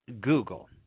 Google